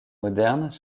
modernes